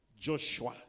Joshua